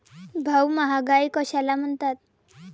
भाऊ, महागाई कशाला म्हणतात?